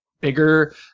bigger